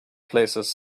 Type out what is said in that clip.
places